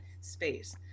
space